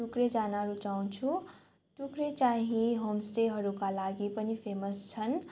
टुक्रे जान रुचाउँछु टुक्रे चाहिँ होमस्टेहरूका लागि पनि फेमस छन्